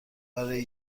برای